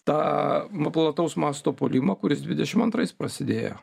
tą plataus masto puolimą kuris dvidešim antrais prasidėjo